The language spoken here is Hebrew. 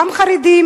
גם חרדים,